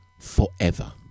forever